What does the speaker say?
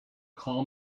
call